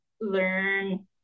learn